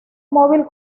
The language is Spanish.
móvil